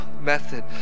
method